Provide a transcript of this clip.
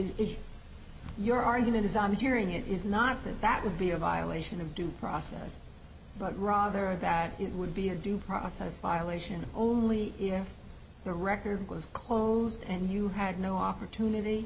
it your argument is on hearing it is not that that would be a violation of due process but rather that it would be a due process violation only if the record was closed and you had no opportunity